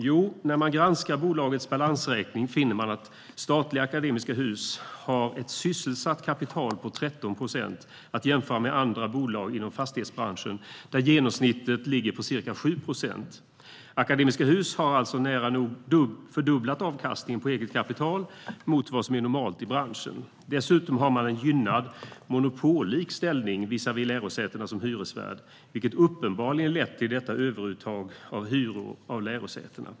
Jo, när man granskar bolagets balansräkning finner man att statliga Akademiska Hus har ett sysselsatt kapital på 13 procent, att jämföra med andra bolag inom fastighetsbranschen där genomsnittet ligger på ca 7 procent. Akademiska Hus har alltså nära nog fördubblat avkastningen på eget kapital jämfört med vad som är normalt i branschen. Dessutom har man en gynnad monopollik ställning visavi lärosätena som hyresvärd, vilket uppenbarligen har lett till detta överuttag av hyror av lärosätena.